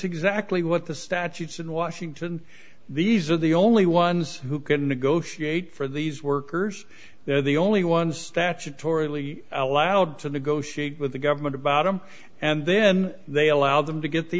exactly what the statutes in washington these are the only ones who can negotiate for these workers they're the only ones statutorily allowed to negotiate with the government about them and then they allow them to get the